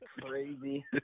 crazy